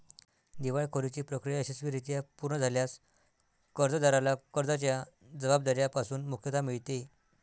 दिवाळखोरीची प्रक्रिया यशस्वीरित्या पूर्ण झाल्यास कर्जदाराला कर्जाच्या जबाबदार्या पासून मुक्तता मिळते